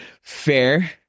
Fair